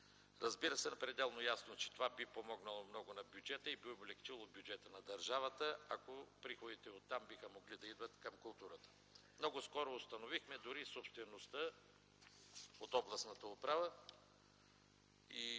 Разбира се, пределно ясно е, че това би помогнало много на бюджета и би облекчило бюджета на държавата, ако приходите оттам биха могли да идват към културата. Много скоро установихме собствеността от областната управа.